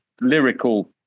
lyrical